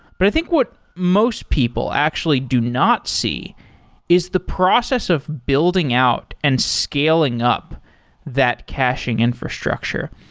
but i think what most people actually do not see is the process of building out and scaling up that caching infrastructure.